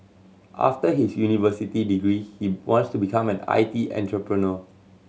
after his university degree he wants to become an I T entrepreneur